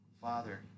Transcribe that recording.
Father